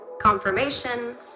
confirmations